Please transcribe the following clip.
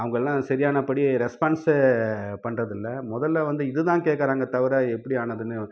அவங்கள்லாம் சரியானபடி ரெஸ்பான்சே பண்ணுறதில்ல முதல்ல வந்து இதுதான் கேட்குறாங்க தவிர எப்படி ஆனதுன்னு